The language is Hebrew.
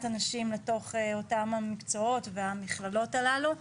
אנשים לתוך אותם המקצועות והמכללות הללו,